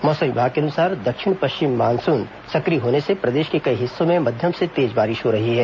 मौसम विभाग के अनुसार दक्षिण पश्चिम मानसून सक्रिय होने से प्रदेश के कई हिस्सों में मध्यम से तेज बारिश हो रही है